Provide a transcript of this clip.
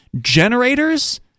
generators